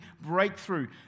breakthrough